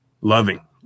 loving